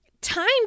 Time